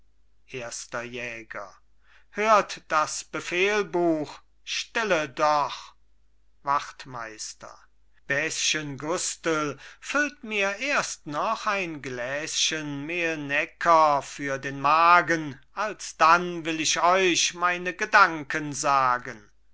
erster jäger hört das befehlbuch stille doch wachtmeister bäschen gustel füllt mir erst noch ein gläschen melnecker für den magen alsdann will ich euch meine gedanken sagen